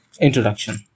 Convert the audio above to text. Introduction